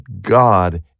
God